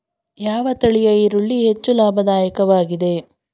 ಯಾವ ತಳಿಯ ಈರುಳ್ಳಿ ಹೆಚ್ಚು ಲಾಭದಾಯಕವಾಗಿದೆ?